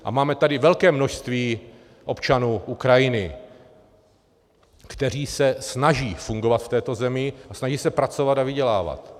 A máme tady velké množství občanů Ukrajiny, kteří se snaží fungovat v této zemi a snaží se pracovat a vydělávat.